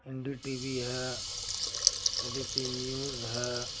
N D T V ہے A B P news ہے